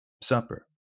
supper